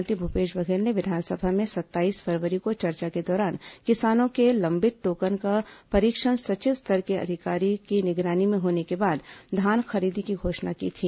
मुख्यमंत्री भूपेश बघेल ने विधानसभा में सत्ताईस फरवरी को चर्चा के दौरान किसानों के लंबित टोकन का परीक्षण सचिव स्तर के अधिकारी की निगरानी में होने के बाद धान खरीदी की घोषणा की थी